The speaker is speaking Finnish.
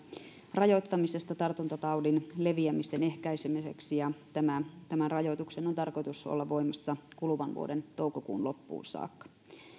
rajoittamisesta tartuntataudin leviämisen ehkäisemiseksi ja tämän rajoituksen on tarkoitus olla voimassa kuluvan vuoden toukokuun loppuun saakka